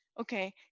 okay